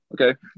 okay